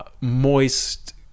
moist